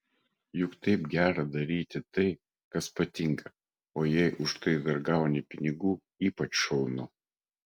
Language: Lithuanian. juk taip gera daryti tai kas patinka o jei už tai dar gauni pinigų ypač šaunu